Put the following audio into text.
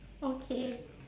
okay